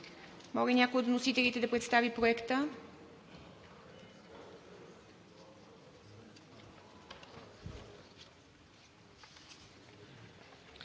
Моля, някой от вносителите да представи Проекта